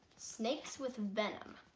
snakes with venom